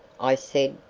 i said,